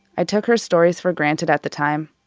i took her stories for granted at the time.